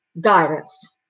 guidance